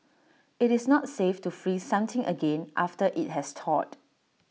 IT is not safe to freeze something again after IT has thawed